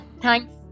Thanks